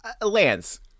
Lance –